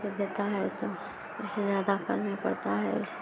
फिर देता है तो उससे ज़्यादा करना पड़ता है